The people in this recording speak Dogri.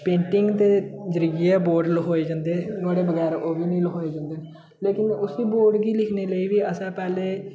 पेंटिंग दे जरिये गै बोर्ड लखोए जंदे हे नोहाड़े बगैर ओह् बी नी लखोए जंदे न लेकिन उसी बोर्ड गी लिखने लेई बी असें पैह्ले